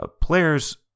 Players